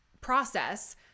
process